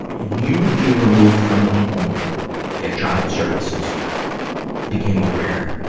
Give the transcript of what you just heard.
you would be removed from the home if child services became aware,